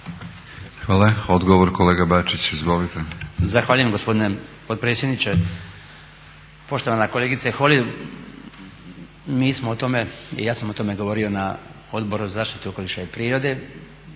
Hvala. Odgovor kolegice König. Izvolite.